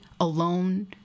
alone